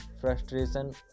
frustration